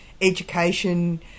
education